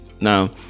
Now